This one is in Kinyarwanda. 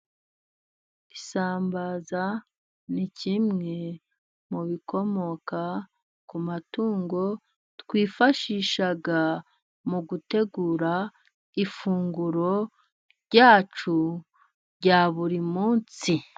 Isambaza ni kimwe mu bikomoka ku matungo, twifashisha mu gutegura ifunguro ryacu rya buri munsi.